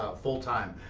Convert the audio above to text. full-time.